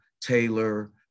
Taylor